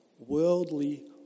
worldly